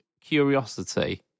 curiosity